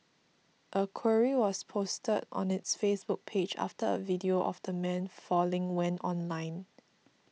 a query was posted on its Facebook page after a video of the man falling went online